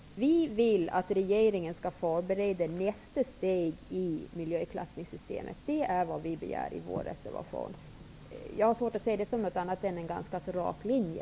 Vad vi vill är att regeringen förbereder nästa steg i miljöklassningssystemet. Det kravet finns i vår reservation. Jag har svårt att se detta som något annat än en ganska så rak linje.